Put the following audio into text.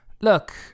Look